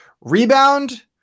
Rebound